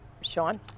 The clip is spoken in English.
Sean